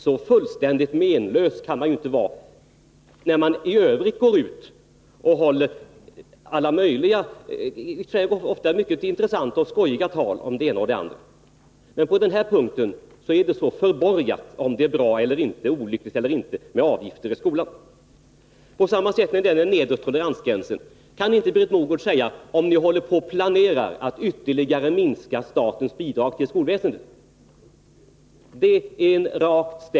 Så fullständigt menlös kan man ju inte vara, när man i övrigt går ut och håller alla möjliga, ofta mycket intressanta och skojiga tal om det ena och det andra. Men när det gäller avgifter i skolan är det förborgat om det är bra eller inte, olyckligt eller inte att införa sådana. På samma sätt förhåller det sig när det gäller den nedre toleransgränsen, där Britt Mogård inte heller kan tala om huruvida regeringen håller på att planera att ytterligare minska statens bidrag till skolväsendet.